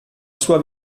sua